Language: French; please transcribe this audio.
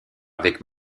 avec